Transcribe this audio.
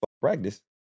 Practice